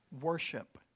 Worship